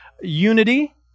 unity